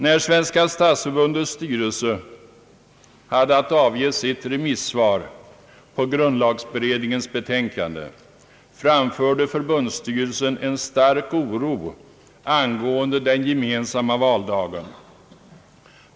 När Svenska stadsförbundets styrelse hade att avge sitt remissvar på grundlagberedningens betänkande, framförde förbundsstyrelsen en stark oro angående den gemensamma valdagen.